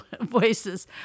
voices